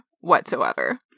whatsoever